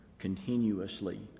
continuously